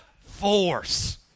force